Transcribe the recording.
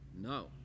No